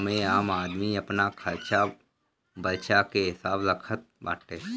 एमे आम आदमी अपन खरचा बर्चा के हिसाब रखत बाटे